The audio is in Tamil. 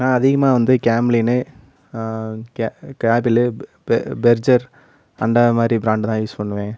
நான் அதிகமாக வந்து கேம்லீன்னு கே கேபிலுப் பெ பெர்ஜர் அந்த மாதிரி ப்ராண்டு தான் யூஸ் பண்ணுவேன்